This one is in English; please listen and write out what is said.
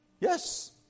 Yes